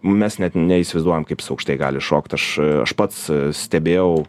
mes net neįsivaizduojam kaip jis aukštai gali iššokt aš aš pats stebėjau